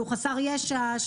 שהוא חסר ישע,